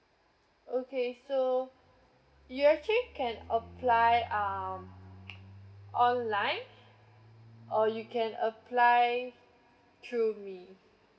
okay so you actually can apply um online or you can apply through me